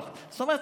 זאת אומרת,